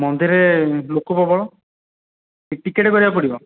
ମନ୍ଦିରରେ ଲୋକ ପ୍ରବଳ ଟିକେଟ୍ କରିବାକୁ ପଡ଼ିବ